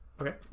Okay